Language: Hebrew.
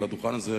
על הדוכן הזה,